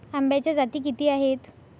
आंब्याच्या जाती किती आहेत?